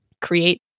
create